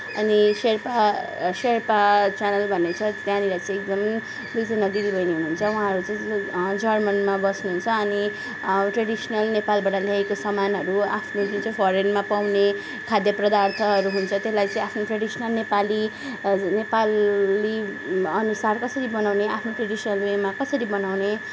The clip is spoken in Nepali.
अनि सेर्पा सेर्पा च्यानल भन्ने छ त्यहाँनिर चाहिँ एकदम दुईजना दिदी बहिनी हुनुहुन्छ वहाँहरू चाहिँ जर्मनमा बस्नुहुन्छ अनि ट्रेडिसनल नेपालबाट ल्याएको सामानहरू आफ्नो जुन चाहिँ फोरेनमा पाउने खाद्य पदार्थहरू हुन्छ त्यसलाई चाहिँ आफ्नो ट्रेडिसनल नेपाली नेपालीअनुसार कसरी बनाउने आफ्नो ट्रेडिसनल वेमा कसरी बनाउने